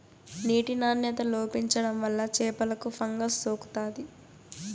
నీటి నాణ్యత లోపించడం వల్ల చేపలకు ఫంగస్ సోకుతాది